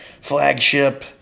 flagship